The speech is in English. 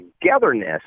togetherness